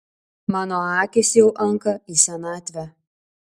mano akys jau anka į senatvę